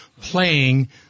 playing